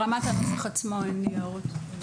ברמת הנוסח עצמו אין לי הערות.